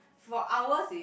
for ours is